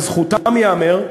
לזכותם ייאמר,